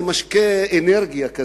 זה משקה אנרגיה,